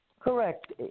Correct